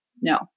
No